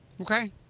Okay